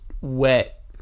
wet